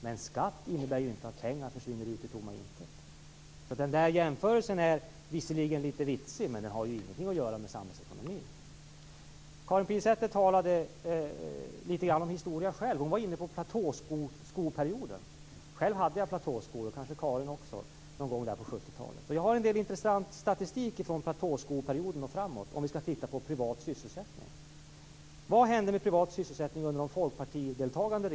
Men skatt innebär inte att pengar försvinner ut i tomma intet. Jämförelsen är visserligen litet vitsig, men den har ingenting att göra med samhällsekonomin. Karin Pilsäter talade själv litet grand om historia. Hon var inne på platåskoperioden. Själv hade jag platåskor någon gång på 70-talet. Det hade kanske Karin Pilsäter också. Jag har en del intressant statistik från platåskoperioden och framåt som gäller privat sysselsättning. Vad hände med privat sysselsättning under de regeringar där Folkpartiet deltog?